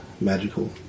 magical